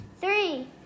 three